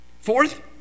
Fourth